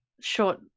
short